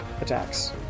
attacks